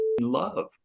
love